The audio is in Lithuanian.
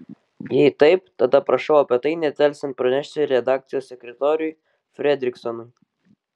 jei taip tada prašau apie tai nedelsiant pranešti redakcijos sekretoriui fredriksonui